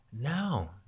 No